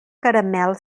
caramel